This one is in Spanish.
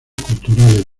culturales